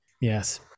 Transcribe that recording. Yes